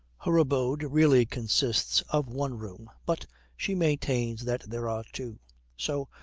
her abode really consists of one room, but she maintains that there are two so,